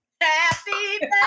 Happy